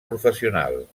professional